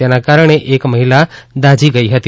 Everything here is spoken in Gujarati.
તેના કારણે એક મહિલા દાઝી ગઇ હતી